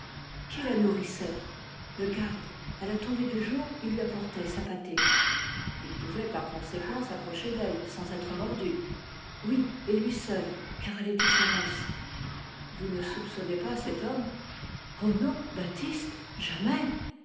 qui la nourrissait le garde à la tombée du jour il lui apportait sa pâtée il pouvait par conséquent s'approcher d'elle sans être mordu oui et lui seul car elle était féroce vous ne soupçonnez pas cet homme oh non baptiste jamais